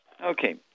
Okay